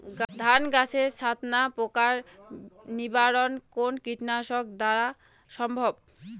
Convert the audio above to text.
ধান গাছের ছাতনা পোকার নিবারণ কোন কীটনাশক দ্বারা সম্ভব?